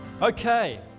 okay